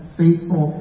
faithful